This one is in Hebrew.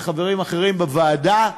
וחברים אחרים בוועדה,